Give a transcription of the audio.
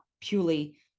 purely